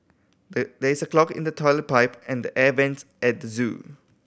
the there is a clog in the toilet pipe and the air vents at the zoo